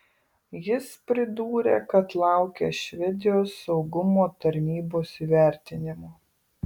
jis pridūrė kad laukia švedijos saugumo tarnybos įvertinimo